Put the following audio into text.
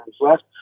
left